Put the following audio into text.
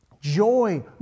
Joy